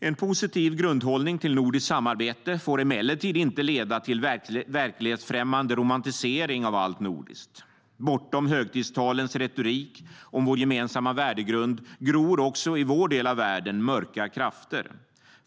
En positiv grundhållning till nordiskt samarbete får emellertid inte leda till verklighetsfrämmande romantisering av allt nordiskt. Bortom högtidstalens retorik om vår gemensamma värdegrund gror också i vår del av världen mörka krafter.